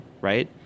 right